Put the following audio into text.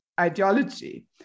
ideology